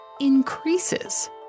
increases